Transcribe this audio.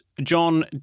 John